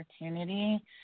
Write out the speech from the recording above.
opportunity